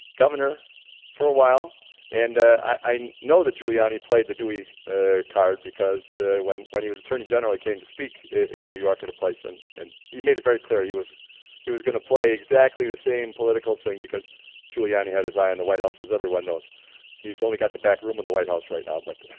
governor for a while and i i know that giuliani played the dewey card, because when when he was attorney general he came to speak in new york at a place and and he made it very clear he was he was going to play exactly the same political thing because giuliani had his eye on the white house as everyone knows he's only got the back room in the white house right now, but